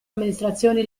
amministrazioni